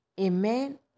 Amen